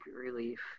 relief